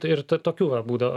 tai ir ta tokių va būdavo